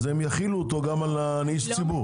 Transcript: אז הם יחילו אותו גם על איש ציבור.